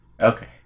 okay